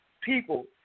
People